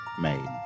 made